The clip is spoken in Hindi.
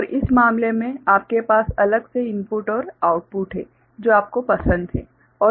और इस मामले में आपके पास अलग से इनपुट और आउटपुट हैं जो आपको पसंद है